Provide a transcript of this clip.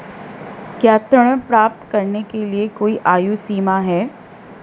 क्या ऋण प्राप्त करने के लिए कोई आयु सीमा है?